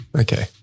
Okay